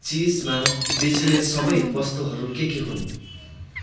चिजमा बेचिने सबै वस्तुहरू के के हुन्